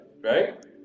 right